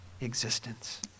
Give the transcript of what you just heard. existence